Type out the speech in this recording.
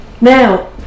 Now